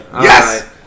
yes